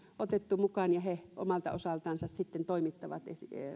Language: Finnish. otettu mukaan ja he omalta osaltansa sitten toimittavat